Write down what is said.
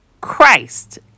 Christ